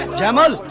tomorrow